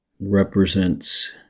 represents